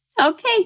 Okay